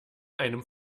einem